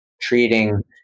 treating